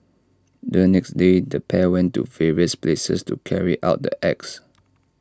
the next day the pair went to various places to carry out the acts